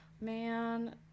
man